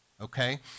okay